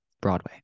broadway